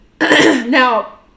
Now